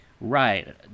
Right